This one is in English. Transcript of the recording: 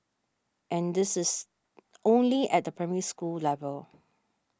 and this is only at the Primary School level